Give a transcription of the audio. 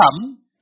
come